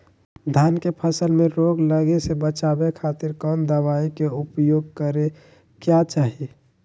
धान के फसल मैं रोग लगे से बचावे खातिर कौन दवाई के उपयोग करें क्या चाहि?